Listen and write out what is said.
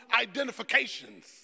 identifications